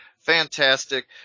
fantastic